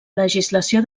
legislació